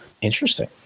Interesting